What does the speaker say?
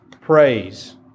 praise